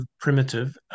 primitive